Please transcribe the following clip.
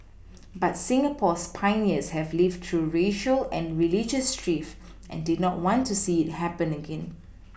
but Singapore's pioneers had lived through racial and religious strife and did not want to see it happen again